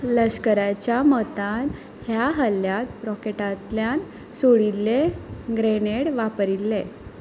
लश्कराच्या मतान ह्या हल्ल्यात रॉकेटांतल्यान सोडिल्ले ग्रॅनेड वापरिल्ले